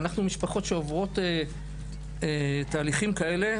אנחנו משפחות שעוברות תהליכים כאלה,